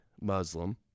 Muslim